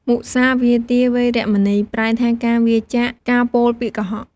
មុសាវាទា វេរមណី ប្រែថា ការវៀរចាកការពោលពាក្យកុហក។